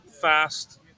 fast